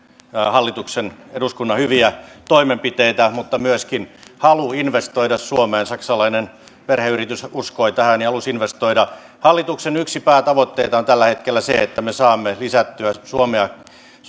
hallituksen eduskunnan hyviä toimenpiteitä mutta myöskin halu investoida suomeen saksalainen perheyritys uskoi tähän ja halusi investoida yksi hallituksen päätavoitteita on tällä hetkellä se että me saamme lisättyä